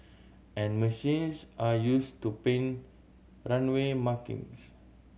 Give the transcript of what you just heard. and machines are used to paint runway markings